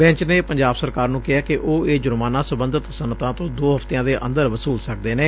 bench ਨੇ ਪੰਜਾਬ ਸਰਕਾਰ ਨੂੰ ਕਿਹੈ ਕਿ ਉਹ ਇਹ ਜੁਰਮਾਨਾ ਸਬੰਧਤ ਸਨੱਅਤਾਂ ਤੋਂ ਦੋ ਹਫ਼ਤਿਆਂ ਦੇ ਅੰਦਰ ਵਸੂਲ ਸਕਦੇ ਨੇ